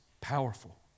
powerful